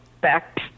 back